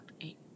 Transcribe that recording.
eight